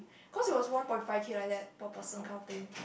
cause it was one point five K like that per person kind of thing